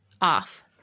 off